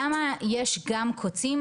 למה יש גם "קוצים",